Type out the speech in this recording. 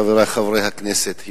חברי חברי הכנסת,